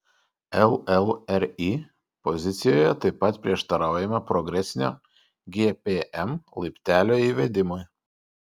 llri pozicijoje taip pat prieštaraujama progresinio gpm laiptelio įvedimui